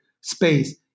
space